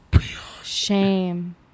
shame